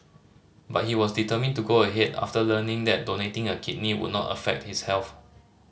but he was determined to go ahead after learning that donating a kidney would not affect his health